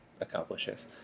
accomplishes